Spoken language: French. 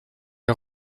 les